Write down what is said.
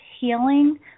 healing